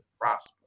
prosper